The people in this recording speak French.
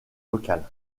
locale